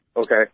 Okay